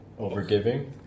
Overgiving